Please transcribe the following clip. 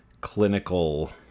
clinical